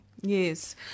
Yes